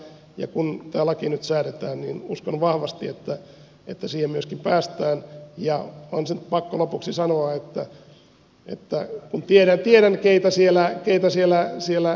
kun tämä laki nyt säädetään niin uskon vahvasti että siihen myöskin päästään ja on se pakko lopuksi sanoa että tiedän keitä siinä jaoksessa on jäseninä